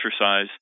exercise